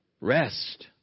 Rest